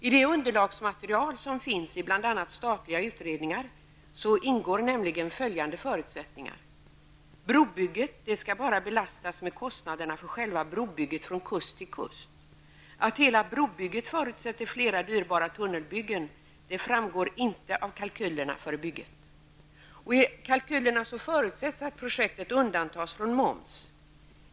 I det underlagsmaterial som finns i bl.a. statliga utredningar ingår nämligen följande förutsättningar: Brobygget skall belastas bara med kostnaderna för själva brobygget från kust till kust. Att hela brobygget förutsätter flera dyrbara tunnelbyggen framgår inte av kalkylerna. I kalkylerna förutsätts vidare att projektet undantas från moms.